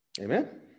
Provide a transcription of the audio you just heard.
Amen